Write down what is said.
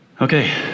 Okay